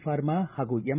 pharma ಹಾಗೂ M